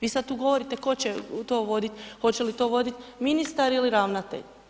Vi sad ugovorite tko će to voditi, hoće li to voditi ministar ili ravnatelj.